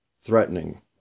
threatening